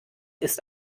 ist